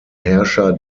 herrscher